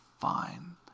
fine